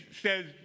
says